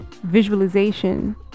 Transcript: visualization